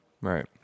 Right